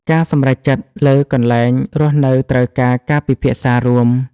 ការសម្រេចចិត្តលើកន្លែងរស់នៅត្រូវការការពិភាក្សារួម។